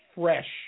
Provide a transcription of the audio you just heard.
fresh